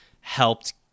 helped